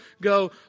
go